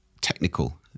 technical